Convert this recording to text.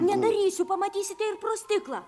nedarysiu pamatysite ir pro stiklą